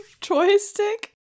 joystick